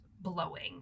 blowing